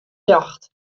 ljocht